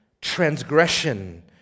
transgression